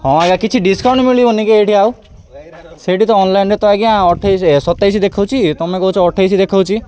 ହଁ ଆଜ୍ଞା କିଛି ଡିସକାଉଣ୍ଟ ମିଳିବନି କି ଏଇଠି ଆଉ ସେଇଠି ତ ଅନଲାଇନ୍ରେ ତ ଆଜ୍ଞା ଅେଇଶ ସତେଇଶ ଦେଖଉଛି ତୁମେ କହୁଛ ଅଠେଇଶ ଦେଖଉଛି